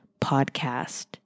Podcast